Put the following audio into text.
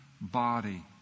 body